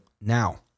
Now